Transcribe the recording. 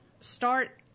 start